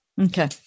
Okay